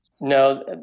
No